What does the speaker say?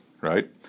right